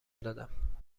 دادم